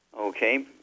okay